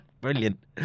Brilliant